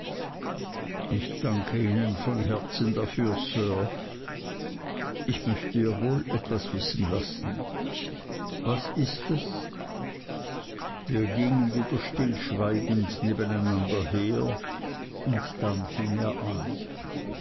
ich danke ihnen von herzen dafür sir ich möchte ihr wohl etwas wissen lassen was ist es wir gingen wieder stillschweigend nebeneinander her und dann fing er an